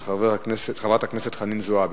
של חברת הכנסת חנין זועבי,